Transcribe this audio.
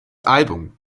album